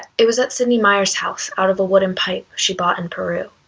it was at sydney meyer's house out of a wooden pipe she bought in peru.